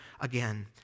again